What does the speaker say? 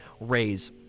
raise